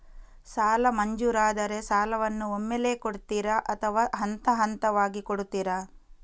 ಸಾಲ ಮಂಜೂರಾದರೆ ಸಾಲವನ್ನು ಒಮ್ಮೆಲೇ ಕೊಡುತ್ತೀರಾ ಅಥವಾ ಹಂತಹಂತವಾಗಿ ಕೊಡುತ್ತೀರಾ?